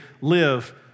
live